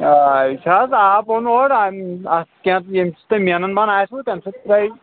آ یہِ چھُ حظ آب اوٚن اورٕ امہِ اَتھ ییٚمۍ ییٚمہِ سۭتۍ تُہۍ مینَن بانہٕ آسہِ تَمہِ سۭتۍ ترٛٲوِو